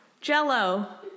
Jello